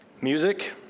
Music